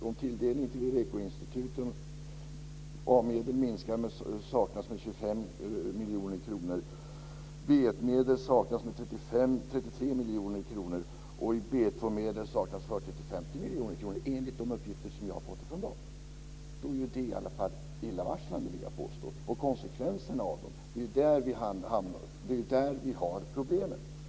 Om tilldelningen till Irecoinstituten minskar och om 25 miljoner kronor i A-medel saknas, 33 miljoner kronor i B1-medel saknas och 40-50 miljoner kronor i B2-medel saknas - detta enligt uppgifter som jag fått från dem - är det, vill jag påstå, illavarslande. Sedan har vi konsekvenserna därav; det är ju där som vi har problemen.